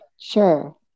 Sure